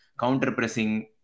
counter-pressing